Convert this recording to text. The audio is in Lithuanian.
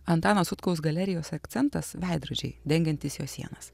antano sutkaus galerijos akcentas veidrodžiai dengiantys jo sienas